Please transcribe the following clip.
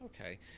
okay